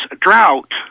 drought